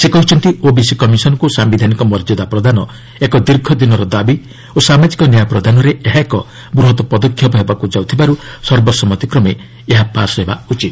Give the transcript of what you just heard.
ସେ କହିଛନ୍ତି ଓବିସି କମିଶନ୍କୁ ସାୟିଧାନିକ ମର୍ଯ୍ୟାଦା ପ୍ରଦାନ ଏକ ଦୀର୍ଘ ଦିନର ଦାବି ଓ ସାମାଜିକ ନ୍ୟାୟ ପ୍ରଦାନରେ ଏହା ଏକ ବୃହତ୍ ପଦକ୍ଷେପ ହେବାକୁ ଯାଉଥିବାର୍ ସର୍ବସମ୍ମତିକ୍ରମେ ଏହା ପାସ୍ ହେବା ଉଚିତ